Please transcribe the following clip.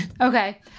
Okay